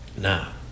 Now